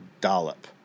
dollop